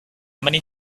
many